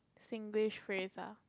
Singlish phrase ah